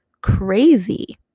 crazy